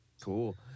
Cool